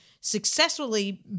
successfully